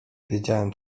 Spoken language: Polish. wiedziałem